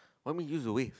what me used to waste